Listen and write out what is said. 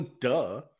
Duh